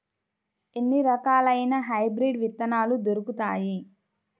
ఎన్ని రకాలయిన హైబ్రిడ్ విత్తనాలు దొరుకుతాయి?